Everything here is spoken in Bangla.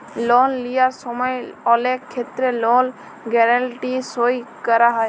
লল লিয়ার সময় অলেক ক্ষেত্রে লল গ্যারাল্টি সই ক্যরা হ্যয়